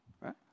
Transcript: Right